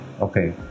Okay